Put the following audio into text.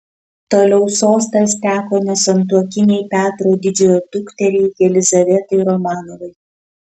toliau sostas teko nesantuokinei petro didžiojo dukteriai jelizavetai romanovai